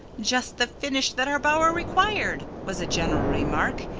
just the finish that our bower required, was a general remark,